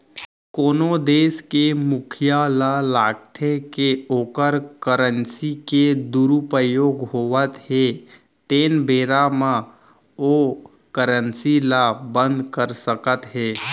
कोनो देस के मुखिया ल लागथे के ओखर करेंसी के दुरूपयोग होवत हे तेन बेरा म ओ करेंसी ल बंद कर सकत हे